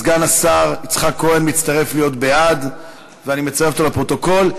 סגן השר יצחק כהן מצטרף לבעד ואני מצרף אותו לפרוטוקול.